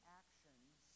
actions